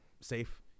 safe